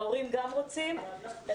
גם ההורים רוצים בכך.